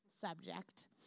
subject